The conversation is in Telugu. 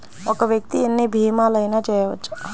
ఒక్క వ్యక్తి ఎన్ని భీమలయినా చేయవచ్చా?